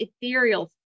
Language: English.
ethereal